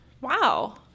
wow